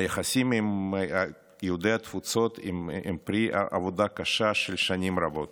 היחסים עם יהודי התפוצות הם פרי עבודה קשה של שנים רבות,